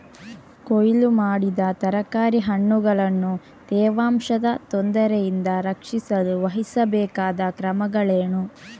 ಕೊಯ್ಲು ಮಾಡಿದ ತರಕಾರಿ ಹಣ್ಣುಗಳನ್ನು ತೇವಾಂಶದ ತೊಂದರೆಯಿಂದ ರಕ್ಷಿಸಲು ವಹಿಸಬೇಕಾದ ಕ್ರಮಗಳೇನು?